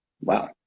Wow